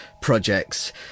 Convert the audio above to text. projects